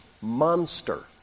monster